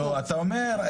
אתה אומר.